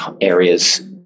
areas